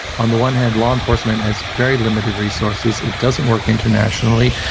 on the one hand, law enforcement has very limited resources. it doesn't work internationally,